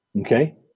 Okay